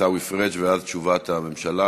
עיסאווי פריג', ואז, תשובת הממשלה.